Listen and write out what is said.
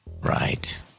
right